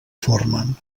formen